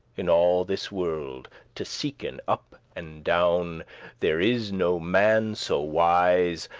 in all this world to seeken up and down there is no man so wise,